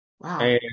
Wow